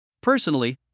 Personally